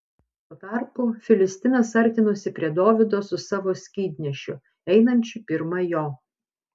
tuo tarpu filistinas artinosi prie dovydo su savo skydnešiu einančiu pirma jo